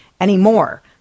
anymore